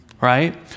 right